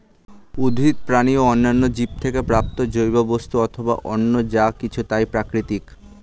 উদ্ভিদ, প্রাণী ও অন্যান্য জীব থেকে প্রাপ্ত জৈব বস্তু অথবা অন্য যা কিছু তাই প্রাকৃতিক